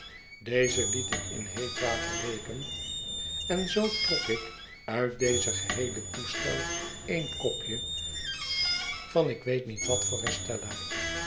deze liet ik in heet water weeken en zoo trok ik uit dezen geheelen toestel een kopje van ik weet niet wat voor estella